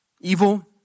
evil